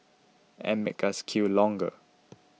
and make us queue longer